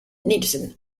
nielsen